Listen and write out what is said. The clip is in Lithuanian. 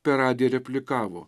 per radiją replikavo